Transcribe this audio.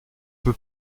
peu